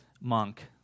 monk